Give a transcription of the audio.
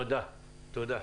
תודה.